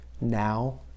now